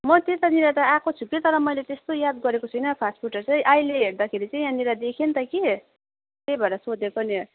म त्यतातिर त आएको छु कि तर मैले त्यस्तो याद गरेको छुइनँ फास्टफुडहरू चाहिँ अहिले हेर्दाखेरि चाहिँ यहाँनिर देखेँ नि त कि त्यही भएर सोधेको नि